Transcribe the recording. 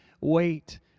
wait